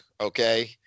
okay